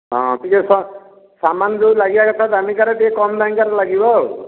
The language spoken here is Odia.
ହଁ ଟିକିଏ ସାମାନ୍ ଯେଉଁ ଲାଗିବା କଥା ଦାମିକାରେ ଟିକିଏ କମ୍ ଦାମ୍ରେ ଲାଗିବ ଆଉ